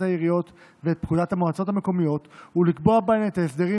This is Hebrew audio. העיריות ואת פקודת המועצות המקומיות ולקבוע בהן את ההסדרים